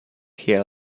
here